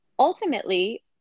Ultimately